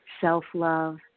self-love